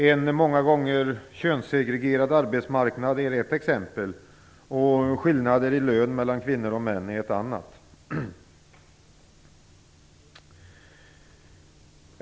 En många gånger könssegregerad arbetsmarknad är ett exempel och skillnader i lön mellan kvinnor och män är ett annat.